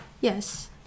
Yes